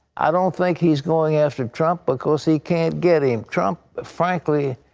i don't think he is going after trump because he can't get him. trump, frankly,